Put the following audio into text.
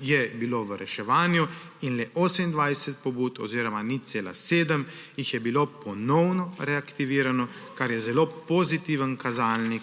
je bilo v reševanju in le 28 pobud oziroma 0,7 % je bilo ponovno reaktiviranih, kar je zelo pozitiven kazalnik,